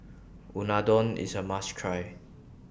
Unadon IS A must Try